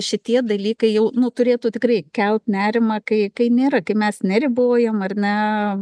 šitie dalykai jau nu turėtų tikrai kelt nerimą kai kai nėra kai mes neribojam ar ne